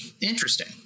interesting